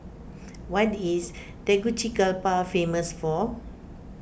what is Tegucigalpa famous for